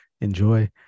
enjoy